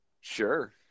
Sure